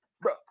Bro